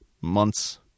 months